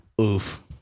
oof